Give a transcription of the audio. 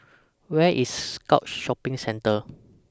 Where IS Scotts Shopping Centre